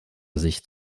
sicht